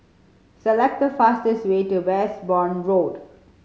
select the fastest way to Westbourne Road